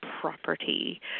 property